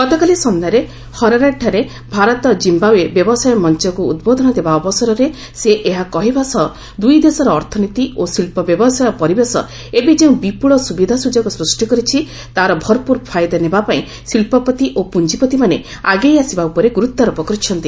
ଗତକାଲି ସନ୍ଧ୍ୟାରେ ହରାରେଠାରେ ଭାରତ ଜିମ୍ୟାଓ୍ବେ ବ୍ୟବସାୟ ମଞ୍ଚକୃ ଉଦ୍ବୋଧନ ଦେବା ଅବସରରେ ସେ ଏହା କହିବା ସହ ଦୂଇ ଦେଶର ଅର୍ଥନୀତି ଓ ଶିଳ୍ପ ବ୍ୟବସାୟ ପରିବେଶ ଏବେ ଯେଉଁ ବିପ୍ରଳ ସ୍ରବିଧା ସ୍ରଯୋଗ ସୃଷ୍ଟି କରିଛି ତା'ର ଭର୍ପର ଫାଇଦା ନେବାପାଇଁ ଶିଳ୍ପପତି ଓ ପୁଞ୍ଜିପତିମାନେ ଆଗେଇ ଆସିବା ଉପରେ ଗୁରୁତ୍ୱାରୋପ କରିଛନ୍ତି